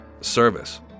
service